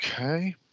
okay